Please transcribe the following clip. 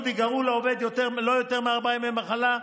ייגרעו לעובד לא יותר מארבעה ימי מחלה,